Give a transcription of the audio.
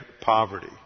poverty